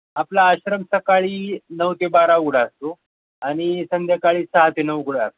आपला आश्रम सकाळी नऊ ते बारा उघडा असतो आणि संध्याकाळी सहा ते नऊ उघडा अस